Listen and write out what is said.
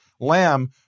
lamb